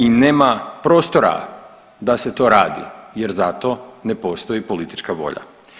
I nema prostora da se to radi, jer za to ne postoji politička volja.